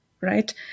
right